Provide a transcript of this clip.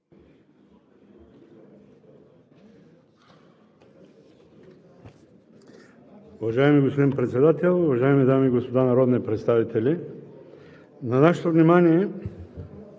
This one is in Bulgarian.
Уважаеми господин Председател, уважаеми дами и господа народни представители! Уважаема